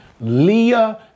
Leah